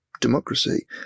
democracy